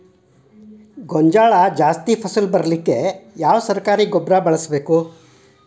ಗೋಂಜಾಳ ಜಾಸ್ತಿ ಫಸಲು ಬರಲು ಯಾವ ಸರಕಾರಿ ಗೊಬ್ಬರ ಬಳಸಬೇಕು?